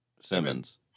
Simmons